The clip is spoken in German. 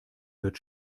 hört